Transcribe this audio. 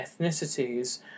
ethnicities